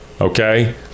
Okay